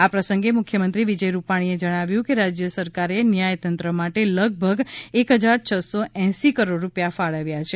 આ પ્રસંગે મુખ્યમંત્રી વિજય રૂપાણીએ જણાવ્યું કે રાજ્ય સરકારે ન્યાયતંત્ર માટે લગભગ એક હજાર છ સો એંસી કરોડ રૂપિયા ફાળવ્યા છે